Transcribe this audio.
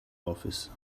office